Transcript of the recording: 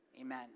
Amen